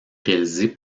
réalisée